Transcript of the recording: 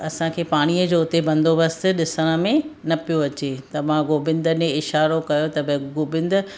असांखे पाणीअ जो हुते बंदोबस्तु ॾिसण में न पियो अचे त मां गोबिंद ॾे इशारो कयो त भई गोबिंद